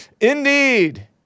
Indeed